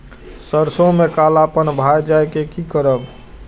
सरसों में कालापन भाय जाय इ कि करब?